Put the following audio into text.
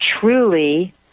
truly